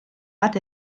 bat